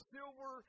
silver